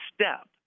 step